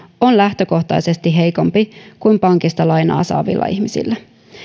on lähtökohtaisesti heikompi kuin pankista lainaa saavilla ihmisillä